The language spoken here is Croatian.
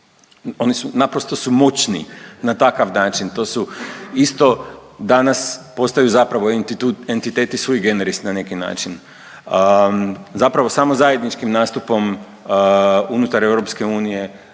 Oni naprosto su moćni na takav način to su isto danas postaju zapravo etituti, entiteti sui generis na neki način. Zapravo samo zajedničkim nastupom unutar EU možemo na